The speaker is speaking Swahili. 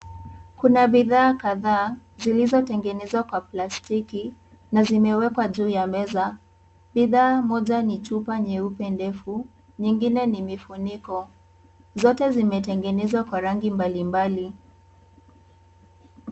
Kuna bidhaa kadhaa, zilizotengenezwa kwa plastiki na zimewekwa juu ya meza. Bidhaa moja ni chupa nyeupe ndefu, nyingine ni vifuniko. Zote zimetengenezwa kwa bidhaa mbalimbali.